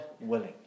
willing